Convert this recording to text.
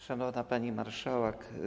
Szanowna Pani Marszałek!